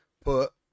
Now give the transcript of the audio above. put